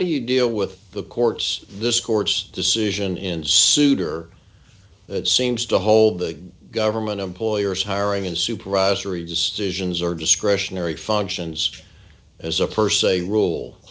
do you deal with the courts this court's decision in souter that seems to hold the government employers hiring and supervisory decisions or discretionary functions as a per